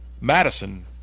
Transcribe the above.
madison